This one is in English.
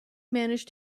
managed